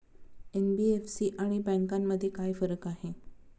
NBFC आणि बँकांमध्ये काय फरक आहे?